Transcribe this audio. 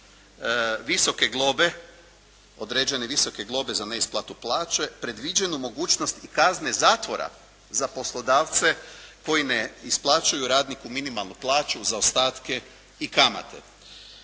visoke globe, određene visoke globe za neisplatu plaće predviđenu mogućnost i kazne zatvora za poslodavce koji ne isplaćuju radniku minimalnu plaću, zaostatke i kamate.